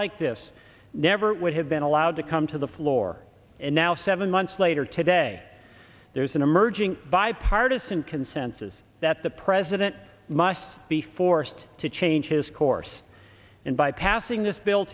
like this never would have been allowed to come to the floor and now seven months later today there's an emerging bipartisan consensus that the president must be forced to change his course and by passing this bill